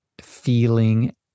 feeling